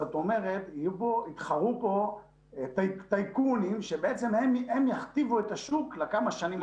זאת אומרת שיתחרו כאן טייקונים שהם יכתיבו את השוק לכמה שנים טובות.